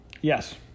Yes